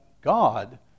God